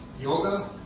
yoga